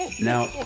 Now